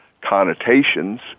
connotations